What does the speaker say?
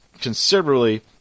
considerably